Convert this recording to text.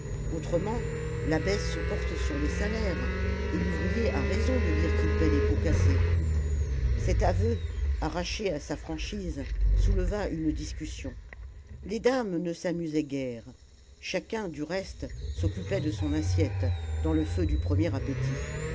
autrement la baisse se porte sur les salaires et l'ouvrier a raison de dire qu'il paie les pots cassés cet aveu arraché à sa franchise souleva une discussion les dames ne s'amusaient guère chacun du reste s'occupait de son assiette dans le feu du premier appétit